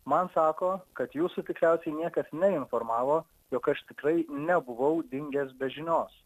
man sako kad jūsų tikriausiai niekas neinformavo jog aš tikrai nebuvau dingęs be žinios